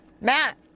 Matt